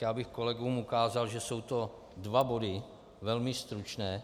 Já bych kolegům ukázal, že jsou to dva body velmi stručné.